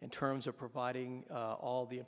in terms of provide adding all the